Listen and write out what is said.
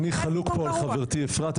אני חלוק פה על חברתי אפרת,